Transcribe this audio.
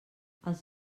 els